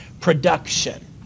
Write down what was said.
Production